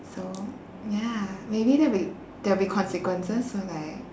so ya maybe that'll be there'll be consequences for like